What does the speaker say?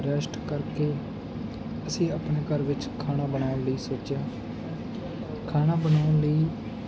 rest ਕਰਕੇ ਅਸੀਂ ਆਪਣੇ ਘਰ ਵਿੱਚ ਖਾਣਾ ਬਣਾਉਣ ਲਈ ਸੋਚਿਆ ਖਾਣਾ ਬਣਾਉਣ ਲਈ